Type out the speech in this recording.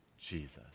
Jesus